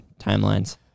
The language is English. timelines